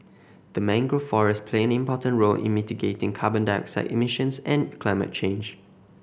the mangrove forests play an important role in mitigating carbon dioxide emissions and climate change